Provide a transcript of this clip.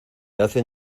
hacen